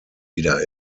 wieder